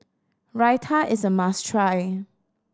Raita is a must try